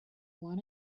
want